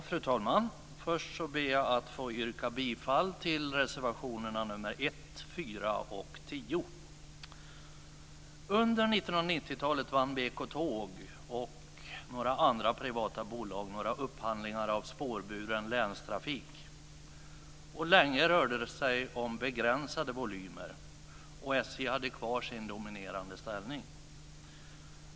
Fru talman! Först ber jag att få yrka bifall till reservationerna 1, 4 och 10. Länge rörde det sig om begränsade volymer, och SJ hade kvar sin dominerande ställning.